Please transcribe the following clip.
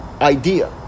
idea